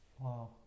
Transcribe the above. Wow